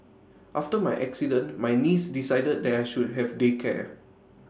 after my accident my niece decided that I should have day care